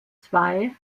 zwei